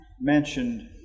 mentioned